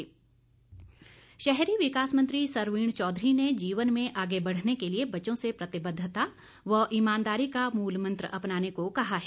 सरवीण शहरी विकास मंत्री सरवीण चौधरी ने जीवन में आगे बढ़ने के लिए बच्चों से प्रतिबद्वता व ईमानदारी का मूलमंत्र अपनाने को कहा है